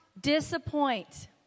disappoint